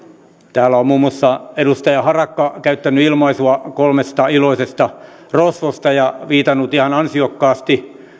täällä on muun muassa edustaja harakka käyttänyt ilmaisua kolmesta iloisesta rosvosta ja viitannut ihan ansiokkaasti